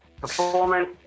Performance